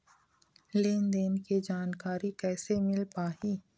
लेन देन के जानकारी कैसे मिल पाही?